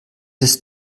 ist